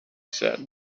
said